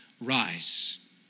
rise